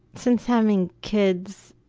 since having kids,